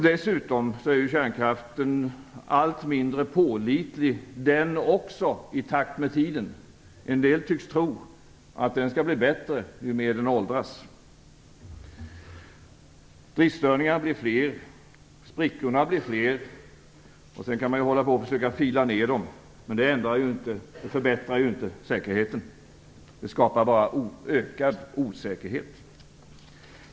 Dessutom blir kärnkraften med tiden allt mindre pålitlig. En del tycks tro att den skall bli bättre ju mer den åldras, men det blir allt fler driftstörningar och sprickor - man kan ägna sig åt att försöka fila ned dem, men det förbättrar ju inte säkerheten. Det skapar bara ökad osäkerhet.